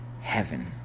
heaven